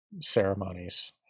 ceremonies